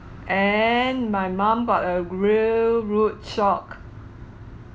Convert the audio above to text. and my mom got a real rude shock